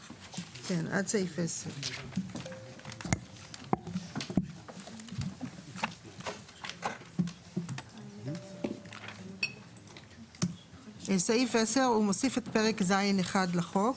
עד סעיף 10. סעיף 10 מוסיף את פרק ז'1 לחוק.